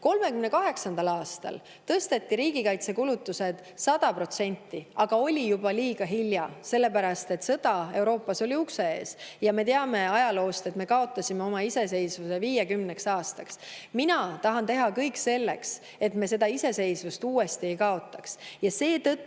1938. aastal tõsteti riigikaitsekulutusi 100%, aga oli juba liiga hilja, sõda Euroopas oli ukse ees. Me teame ajaloost, et me kaotasime oma iseseisvuse 50 aastaks. Mina tahan teha kõik selleks, et me iseseisvust uuesti ei kaotaks. Seetõttu